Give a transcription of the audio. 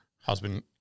Husband